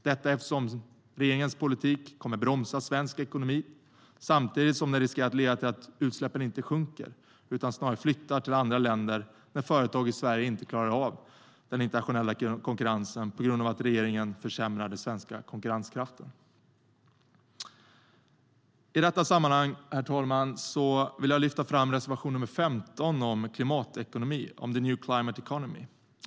Detta beror på att regeringens politik kommer att bromsa svensk ekonomi samtidigt som den riskerar att leda till att utsläppen inte sjunker utan snarare flyttar till andra länder när företag i Sverige inte klarar av den internationella konkurrensen på grund av regeringens försämringar av den svenska konkurrenskraften. I detta sammanhang vill jag lyfta fram reservation nr 15 om klimatekonomi, the new climate economy.